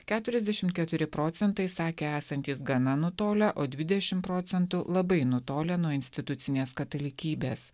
keturiasdešim keturi procentai sakė esantys gana nutolę o dvidešim procentų labai nutolę nuo institucinės katalikybės